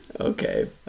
Okay